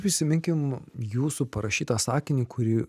prisiminkim jūsų parašytą sakinį kurį